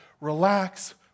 Relax